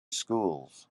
schools